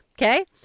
Okay